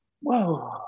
whoa